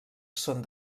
són